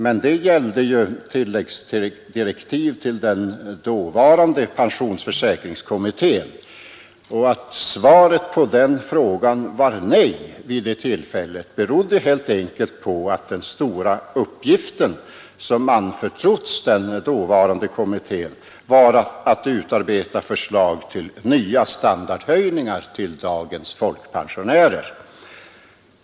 Den frågan gällde emellertid tilläggsdirektiv till den dåvarande pensionsförsäkringskommittén. Att svaret vid det tillfället var negativt berodde helt enkelt på att den stora uppgift som anförtrotts den dåvarande kommittén var att utarbeta förslag till nya standardhöjningar till dagens folkpensionärer.